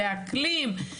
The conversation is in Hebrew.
לאקלים,